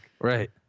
Right